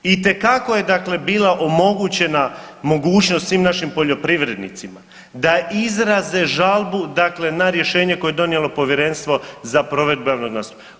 Itekako je, dakle bila omogućena mogućnost svim našim poljoprivrednicima da izraze žalbu, dakle na rješenje koje je donijelo Povjerenstvo za provedbu javnog nastupa.